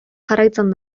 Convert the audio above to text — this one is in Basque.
jarraitzen